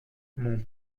mon